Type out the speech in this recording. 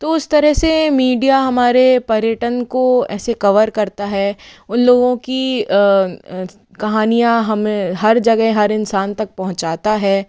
तो उस तरह से मीडिया हमारे पर्यटन को ऐसे कवर करता है उन लोगों की कहानियाँ हमें हर जगह हर इंसान तक पहुंचाता है